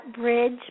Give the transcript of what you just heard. bridge